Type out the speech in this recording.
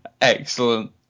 Excellent